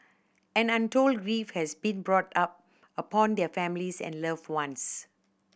and untold grief has been brought upon their families and loved ones